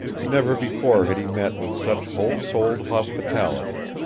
never before had he met with such wholesouled hospitality.